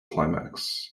climax